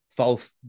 False